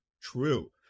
true